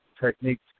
techniques